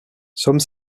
some